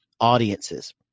audiences